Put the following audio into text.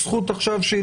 יש זכות התנגדות.